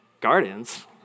gardens